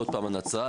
עוד פעם הנצרתים,